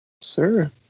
Sir